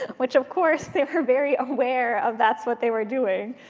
which, of course, they were very aware of that's what they were doing.